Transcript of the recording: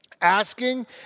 asking